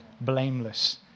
blameless